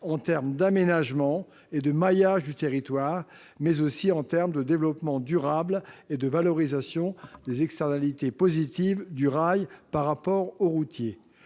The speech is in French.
en termes d'aménagement et de maillage du territoire, mais aussi de développement durable et de valorisation des externalités positives du rail par rapport au transport